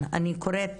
כמובן, אני קוראת